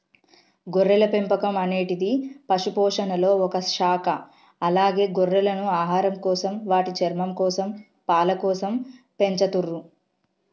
గొర్రెల పెంపకం అనేటిది పశుపోషణలొ ఒక శాఖ అలాగే గొర్రెలను ఆహారంకోసం, వాటి చర్మంకోసం, పాలకోసం పెంచతుర్రు